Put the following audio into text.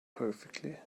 perfectly